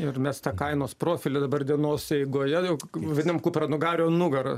ir mes tą kainos profilį dabar dienos eigoje daug vadinam kupranugario nugara